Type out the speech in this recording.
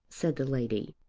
said the lady.